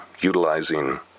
utilizing